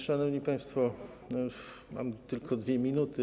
Szanowni państwo, mam tylko 2 minuty.